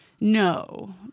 No